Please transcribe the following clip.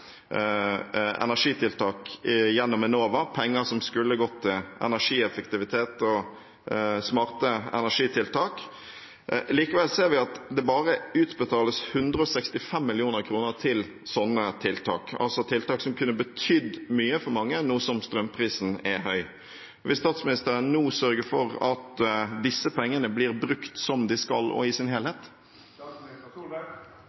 energitiltak gjennom Enova, penger som skal gå til energieffektivitet og smarte energitiltak. Likevel ser vi at det bare utbetales 165 mill. kr til slike tiltak – tiltak som kunne betydd mye for mange nå som strømprisen er høy. Vil statsministeren nå sørge for at disse pengene blir brukt som de skal, og i sin